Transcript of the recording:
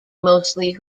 mostly